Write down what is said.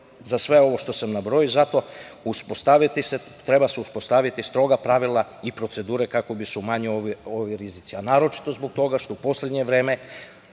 za sve ovo što sam nabrojao. Zato se treba uspostaviti stroga pravila i procedure kako bi se umanjili ovi rizici, naročito zbog toga što u poslednje vreme